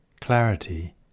Clarity